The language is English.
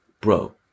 Bro